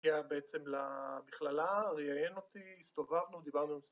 הגיע בעצם למכללה, ראיין אותי, הסתובבנו, דיברנו